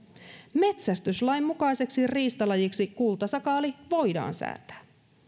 metsästyslain mukaiseksi riistalajiksi kultasakaali voidaan säätää